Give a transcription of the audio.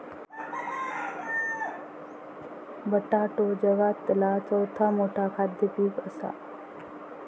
बटाटो जगातला चौथा मोठा खाद्य पीक असा